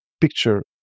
picture